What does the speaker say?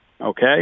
Okay